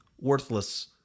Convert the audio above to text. worthless